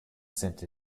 sind